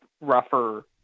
rougher